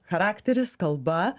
charakteris kalba